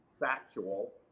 Factual